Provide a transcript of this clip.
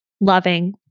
loving